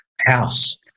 house